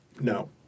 no